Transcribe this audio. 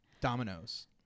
Dominoes